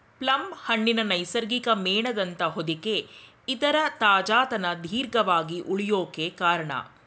plum ಹಣ್ಣಿನ ನೈಸರ್ಗಿಕ ಮೇಣದಂಥ ಹೊದಿಕೆ ಇದರ ತಾಜಾತನ ದೀರ್ಘವಾಗಿ ಉಳ್ಯೋಕೆ ಕಾರ್ಣ